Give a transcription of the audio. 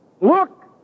Look